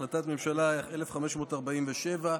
מ/1547,